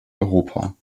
europa